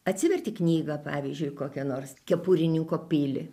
atsiverti knygą pavyzdžiui kokią nors kepurininko pilį